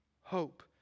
Hope